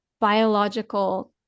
biological